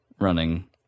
running